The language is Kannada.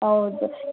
ಹೌದು